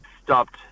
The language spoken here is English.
stopped